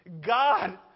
God